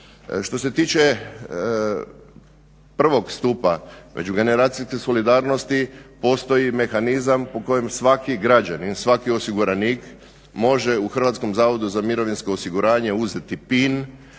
Što se tiče prvog stupa međugeneracijske solidarnosti postoji mehanizam u kojem svaki građanin, svaki osiguranik može u Hrvatskom zavodu za mirovinsko osiguranje uzeti PIN